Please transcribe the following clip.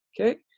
okay